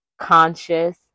conscious